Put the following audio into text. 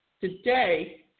today